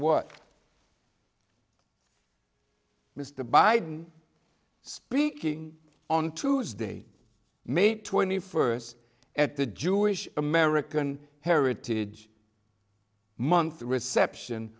what mr biden speaking on tuesday may twenty first at the jewish american heritage month reception